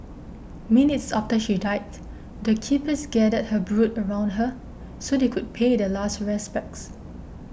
minutes after she died the keepers gathered her brood around her so they could pay their last respects